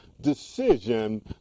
decision